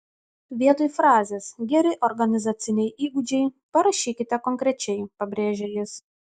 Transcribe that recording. vietoj frazės geri organizaciniai įgūdžiai parašykite konkrečiai pabrėžia jis